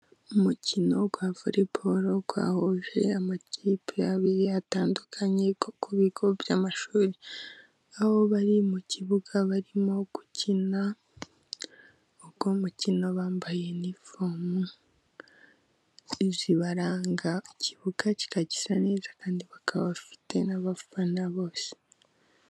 Umukino wa voreboro wahuje amakipe abiri atandukanye ku bigo by'amashuri, aho bari mu kibuga barimo gukina uko mukino bambaye inifomu zibaranga, ikibuga kikaba gisa neza kandi bakaba bafite n'abafana bose.